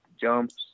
jumps